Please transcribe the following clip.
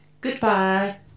Goodbye